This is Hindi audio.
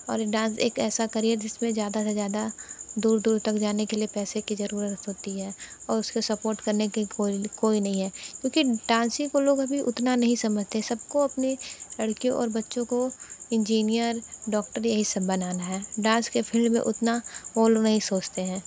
और डांस एक ऐसा करियर है जिसमें ज़्यादा से ज़्यादा दूर दूर तक जाने के लिए पैसे की ज़रूरत होती है और उसको सपोर्ट करने के लिए कोई कोई नहीं है क्योंकि डांसिंग को लोग अभी उतना नहीं समझते सबको अपनी लड़कियों और बच्चों को इंजिनीयर डॉक्टर यही सब बनाना है डांस के फील्ड में उतना वो लोग नहीं सोचते है